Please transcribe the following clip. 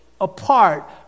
apart